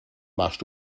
machst